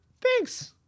Thanks